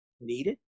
needed